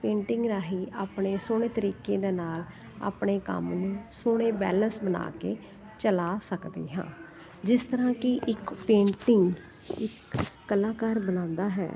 painting ਰਾਹੀਂ ਆਪਣੇ ਸੋਹਣੇ ਤਰੀਕੇ ਦੇ ਨਾਲ ਆਪਣੇ ਕੰਮ ਨੂੰ ਸੋਹਣੇ ਬੈਲੰਸ ਬਣਾ ਕੇ ਚਲਾ ਸਕਦੇ ਹਾਂ ਜਿਸ ਤਰ੍ਹਾਂ ਕਿ ਇੱਕ ਪੇਂਟਿੰਗ ਇੱਕ ਕਲਾਕਾਰ ਬਣਾਉਂਦਾ ਹੈ